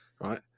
Right